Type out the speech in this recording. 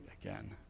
again